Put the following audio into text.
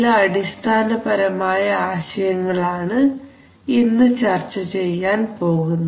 ചില അടിസ്ഥാനപരമായ ആശയങ്ങളാണ് ഇന്ന് ചർച്ച ചെയ്യാൻ പോകുന്നത്